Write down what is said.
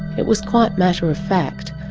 it was quite matter of fact.